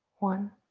one.